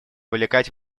вовлекать